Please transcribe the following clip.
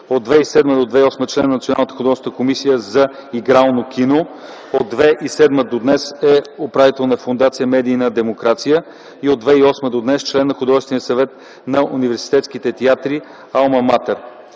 От 2007 до 2008 г. е член на Националната художествена комисия за игрално кино. От 2007 г. до днес е управител на Фондация „Медийна демокрация”. И от 2008 г. до днес е член на Художествения съвет на университетските театри „Алма Матер”.